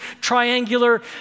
triangular